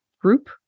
group